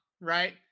right